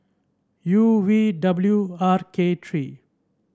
U V W R K three